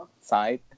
side